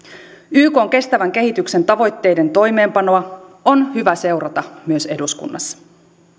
ykn kestävän kehityksen tavoitteiden toimeenpanoa on hyvä seurata myös eduskunnassa